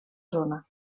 zona